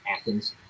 Athens